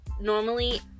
normally